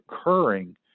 occurring